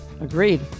Agreed